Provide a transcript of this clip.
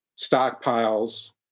stockpiles